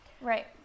Right